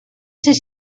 ser